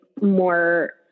more